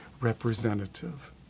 representative